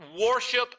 worship